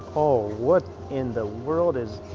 oh what in the world is?